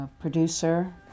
producer